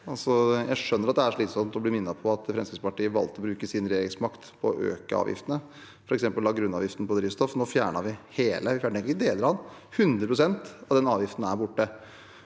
Jeg skjønner at det er slitsomt å bli minnet på at Fremskrittspartiet valgte å bruke sin regjeringsmakt på å øke avgiftene, f.eks. grunnavgiften på drivstoff. Nå fjernet vi hele, vi fjernet ikke deler av den, 100 pst. av den avgiften er borte.